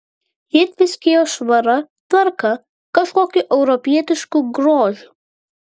ji tviskėjo švara tvarka kažkokiu europietišku grožiu